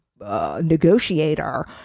negotiator